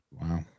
Wow